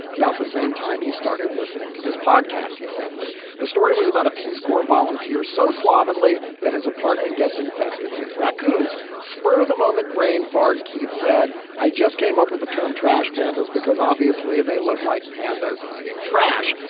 about the same time he started listening to this podcast. he said the story was about a peace corps volunteer so slovenly that his apartment gets infested with raccoons spur of the moment brain fart. keith said i just came up with the term trash pandas because obviously they looked like pandas eating trash.